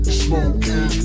smoking